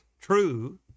true